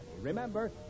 Remember